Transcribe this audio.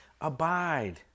abide